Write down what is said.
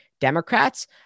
Democrats